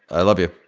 i love you.